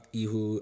ihu